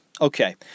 Okay